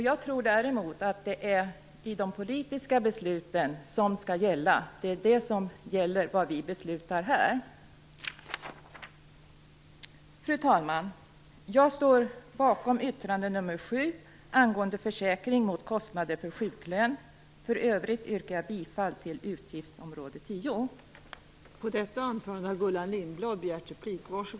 Jag tror däremot att det är de politiska besluten som skall gälla. Det vi beslutar här är det som gäller. Fru talman! Jag står bakom yttrande nr 7 angående försäkring mot kostnader för sjuklön. För övrigt yrkar jag bifall till utskottets hemställan vad gäller utgiftsområde 10.